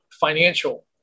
financial